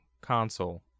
console